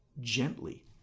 gently